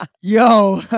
yo